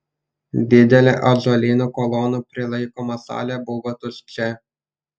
didelė ąžuolinių kolonų prilaikoma salė buvo tuščia